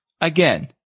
Again